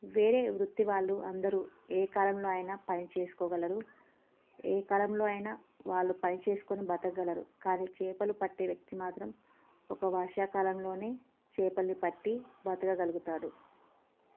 వేరే వృత్తి వాళ్ళు అందరూ ఏ కాలంలో అయినా పని చేసుకోగలరు ఏ కాలంలో అయినా వాళ్ళు పని చేసుకొని బతక గలరు కానీ చేపలు పట్టే వ్యక్తి మాత్రం ఒక వర్షాకాలంలోనే చేపలని పట్టి బతకగలుగుతాడు